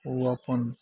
ओ अपन